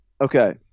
Okay